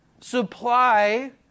supply